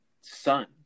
son